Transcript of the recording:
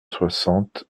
soixante